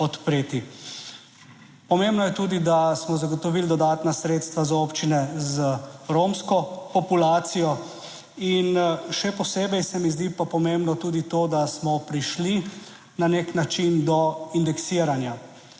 Pomembno je tudi, da smo zagotovili dodatna sredstva za občine z romsko populacijo. In še posebej se mi zdi pa pomembno tudi to, da smo prišli na nek način do indeksiranja